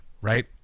right